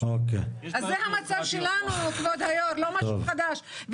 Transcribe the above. אז זה המצב שלנו כבוד היו"ר, לא משהו חדש.